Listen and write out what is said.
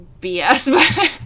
BS